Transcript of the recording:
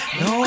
no